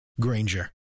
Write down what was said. Granger